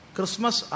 Christmas